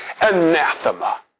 anathema